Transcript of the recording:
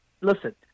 listen